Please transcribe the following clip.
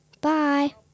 Bye